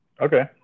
Okay